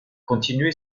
continué